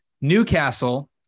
Newcastle